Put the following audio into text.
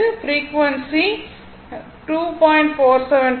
frequency 2